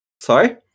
Sorry